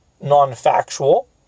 non-factual